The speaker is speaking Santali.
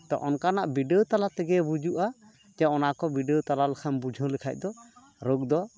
ᱛᱚ ᱚᱱᱠᱟᱱᱟᱜ ᱵᱤᱰᱟᱹᱣ ᱛᱟᱞᱟ ᱛᱮᱜᱮ ᱵᱩᱡᱩᱜᱼᱟ ᱡᱮ ᱚᱱᱟ ᱠᱚ ᱵᱤᱰᱟᱹᱣ ᱛᱟᱞᱟ ᱵᱩᱡᱷᱟᱹᱣ ᱞᱮᱠᱷᱟᱱ ᱫᱚ ᱨᱳᱜᱽ ᱫᱚ